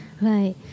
right